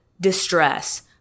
distress